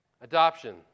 Adoption